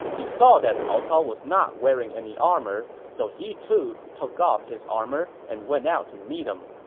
he saw that cao cao was not wearing any armor, so he, too, took off his armor and went out to meet him.